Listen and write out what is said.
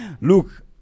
look